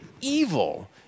evil